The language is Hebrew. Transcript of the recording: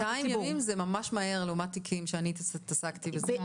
200 ימים זה ממש מהר לעומת תיקים שאני התעסקתי בהם,